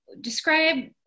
describe